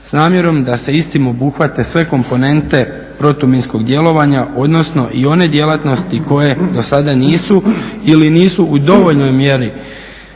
s namjerom da se istim obuhvate sve komponente protuminskog djelovanja, odnosno i one djelatnosti koje do sada nisu ili nisu u dovoljnoj mjeri